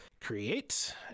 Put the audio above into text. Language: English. create